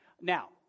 Now